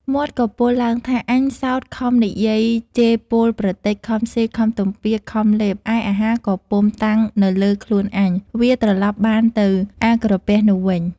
មាត់ក៏ពោលឡើង ថា អញសោតខំនិយាយជេរពោលប្រទេច ខំស៊ី ខំទំពា ខំលេប ឯអាហារក៏ពុំ តាំងនៅលើខ្លួនអញ វាត្រឡប់បានទៅអាក្រពះនោះវិញ។